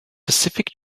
pacific